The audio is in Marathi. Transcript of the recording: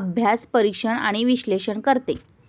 अभ्यास, परीक्षण आणि विश्लेषण करते